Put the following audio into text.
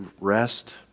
rest